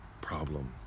problem